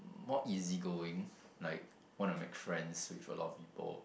more easy going like wanna make friends with a lot of people